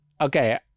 okay